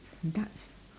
darts